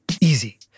Easy